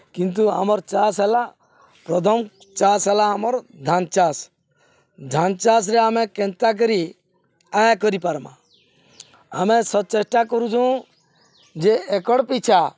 କିନ୍ତୁ ଆମର୍ ଚାଷ୍ ହେଲା ପ୍ରଥମ୍ ଚାଷ୍ ହେଲା ଆମର୍ ଧାନ୍ ଚାଷ୍ ଧାନ୍ ଚାଷ୍ରେ ଆମେ କେନ୍ତା କରି ଆୟ କରିପାର୍ମା ଆମେ ସ ଚେଷ୍ଟା କରୁଚୁଁ ଯେ ଏକଡ଼୍ ପିଛା